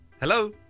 Hello